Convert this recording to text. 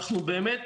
אנחנו באמת